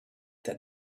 that